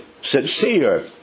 sincere